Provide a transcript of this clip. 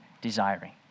desiring